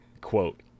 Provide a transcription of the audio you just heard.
quote